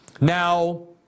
Now